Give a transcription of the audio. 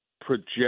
project